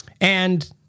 and-